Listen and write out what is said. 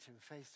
face